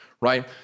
right